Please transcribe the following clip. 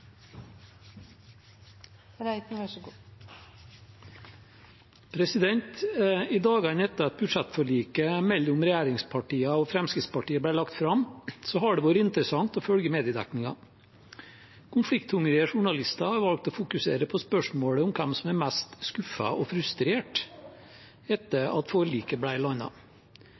I dagene etter at budsjettforliket mellom regjeringspartiene og Fremskrittspartiet ble lagt fram, har det vært interessant å følge mediedekningen. Konflikthungrige journalister valgte å fokusere på spørsmålet om hvem som er mest skuffet og frustrert etter at forliket